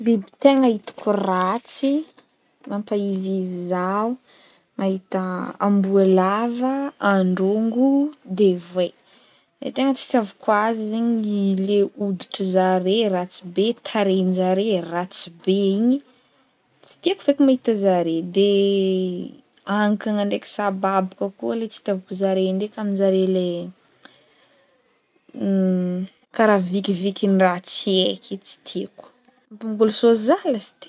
Biby tegna hitako ratsy mampahivihivy zaho mahita amboalava, androngo, de voay. Lay tegna tsy itiavako azy zegny le hoditry zare ratsy be tarehin-jare ratsy be igny tsy tiako feky zegny mahita zare de ankagna ndraiky sababaka koa le tsy itiavako zare ndraiky amin-jare le karaha vikivikin-draha tsy hay ke tsy tiako ambôly soa zah lasiteo.